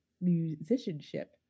musicianship